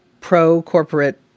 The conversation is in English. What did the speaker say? pro-corporate